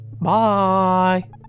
Bye